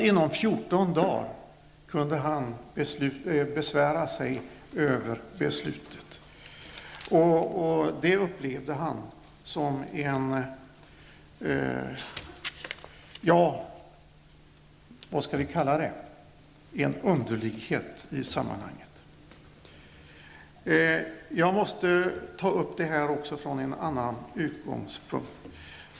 Inom 14 dagar kunde han besvära sig över beslutet, och det upplevde han som underligt i sammanhanget. Jag vill gärna ta upp detta från en annan utgångspunkt.